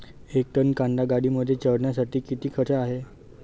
एक टन कांदा गाडीमध्ये चढवण्यासाठीचा किती खर्च आहे?